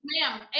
ma'am